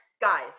Guys